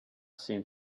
seemed